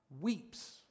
weeps